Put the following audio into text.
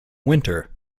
winter